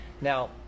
Now